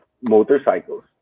motorcycles